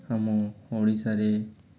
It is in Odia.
ଆମ ଓଡ଼ିଶାରେ